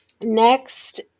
next